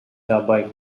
dabei